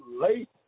late